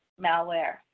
malware